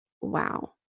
wow